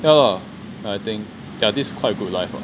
ya lah I think yeah this quite a good life lah